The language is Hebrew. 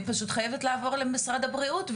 אני פשוט חייבת לעבור למשרד הבריאות,